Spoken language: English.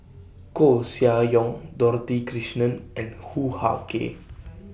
Koeh Sia Yong Dorothy Krishnan and Hoo Ah Kay